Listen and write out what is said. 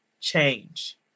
change